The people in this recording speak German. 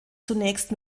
zunächst